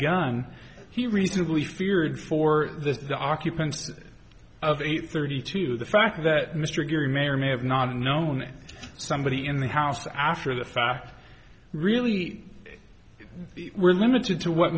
gun he reasonably feared for the occupants of a thirty two the fact that mr geary may or may have not known somebody in the house after the fact really we're limited to what